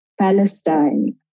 Palestine